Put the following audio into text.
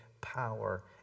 power